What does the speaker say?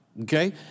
Okay